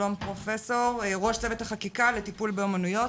שלום פרופסור, ראש צוות החקיקה לטיפול באומנויות.